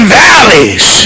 valleys